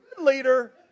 leader